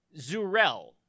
Zurel